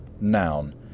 Noun